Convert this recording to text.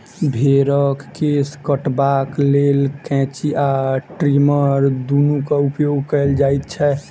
भेंड़क केश कटबाक लेल कैंची आ ट्रीमर दुनूक उपयोग कयल जाइत छै